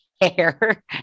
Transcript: hair